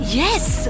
yes